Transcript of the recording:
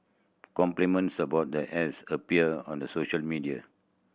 complements about the haze appeared on the social media